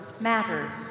matters